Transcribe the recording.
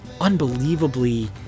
unbelievably